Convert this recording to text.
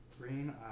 green